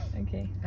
Okay